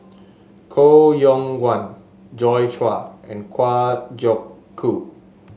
Koh Yong Guan Joi Chua and Kwa Geok Choo